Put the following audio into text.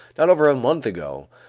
not over a month ago,